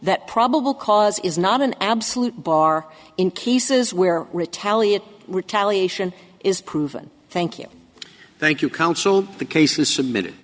that probable cause is not an absolute bar in cases where retaliate retaliation is proven thank you thank you counsel the case was submitted